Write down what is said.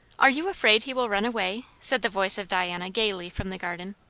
are you afraid he will run away? said the voice of diana gaily from the garden.